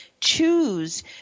choose